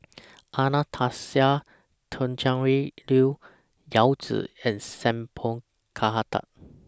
Anastasia Tjendri Liew Yao Zi and Sat Pal Khattar